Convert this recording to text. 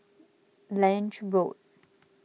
Lange Road